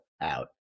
out